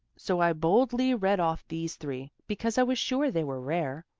so i boldly read off these three, because i was sure they were rare.